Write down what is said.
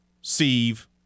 Steve